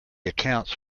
accounts